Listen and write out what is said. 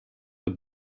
the